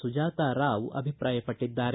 ಸುಜಾತಾರಾವ್ ಅಭಿಪ್ರಾಯಪಟ್ಟದ್ದಾರೆ